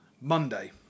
Monday